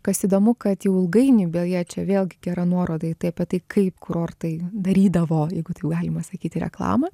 kas įdomu kad jau ilgainiui beje čia vėlgi gera nuoroda į tai apie tai kaip kurortai darydavo jeigu taip galima sakyti reklamą